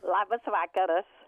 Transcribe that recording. labas vakaras